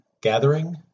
gathering